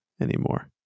anymore